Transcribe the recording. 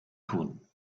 tun